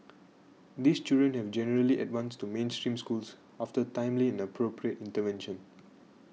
these children have generally advanced to mainstream schools after timely and appropriate intervention